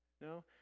No